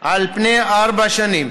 על פני ארבע שנים,